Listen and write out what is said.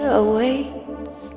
awaits